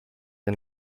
and